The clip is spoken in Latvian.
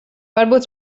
varbūt